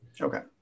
Okay